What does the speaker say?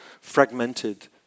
fragmented